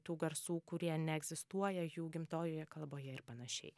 tų garsų kurie neegzistuoja jų gimtojoje kalboje ir panašiai